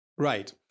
Right